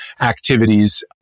activities